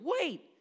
wait